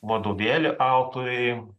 vadovėlių autoriai